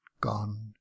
gone